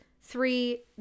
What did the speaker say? three